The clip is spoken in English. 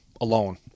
alone